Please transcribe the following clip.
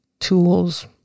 tools